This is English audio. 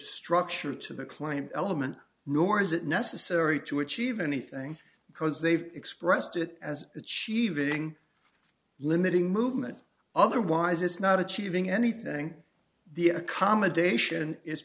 structure to the climb element nor is it necessary to achieve anything because they've expressed it as achieving limited movement otherwise it's not achieving anything the accommodation is